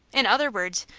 in other words,